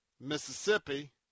Mississippi